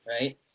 right